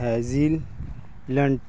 hazelnut